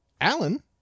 Alan